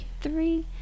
Three